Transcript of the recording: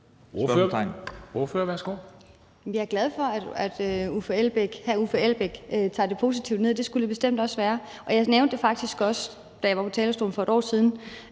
Jeg er glad for, at hr. Uffe Elbæk tager det positivt ned, og det skulle det bestemt også være, og jeg nævnte det faktisk også, da jeg var på talerstolen for et år siden.